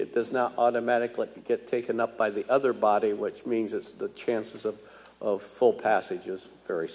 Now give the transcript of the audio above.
it does not automatically get taken up by the other body which means it's the chances of of full passage is very